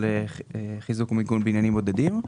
של חיזוק ומיגון בניינים בודדים,